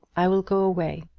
i will go away,